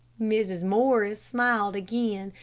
mrs. morris smiled again,